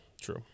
true